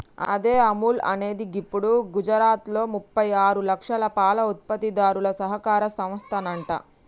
అదే అముల్ అనేది గిప్పుడు గుజరాత్లో ముప్పై ఆరు లక్షల పాల ఉత్పత్తిదారుల సహకార సంస్థనంట